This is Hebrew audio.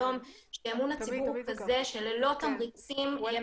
היום שאמון הציבור הוא כזה שללא תמריצים יהיה